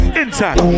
inside